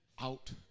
out